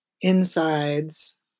insides